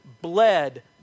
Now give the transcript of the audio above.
bled